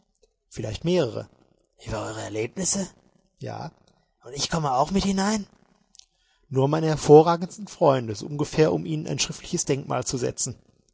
vielleicht mehrere ueber eure erlebnisse ja und ich komme auch mit hinein nur meine hervorragendsten freunde so ungefähr um ihnen ein schriftliches denkmal zu setzen